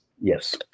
Yes